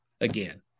again